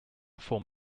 form